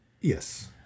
Yes